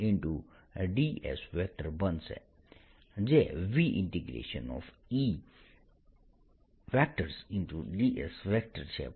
ds બનશે જેVE ds છે